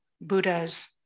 Buddhas